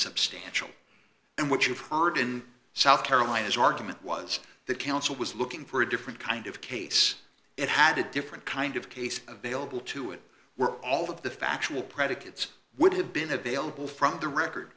substantial and what you've heard in south carolina is argument was that counsel was looking for a different kind of case it had a different kind of case available to it were all of the factual predicates would have been available from the record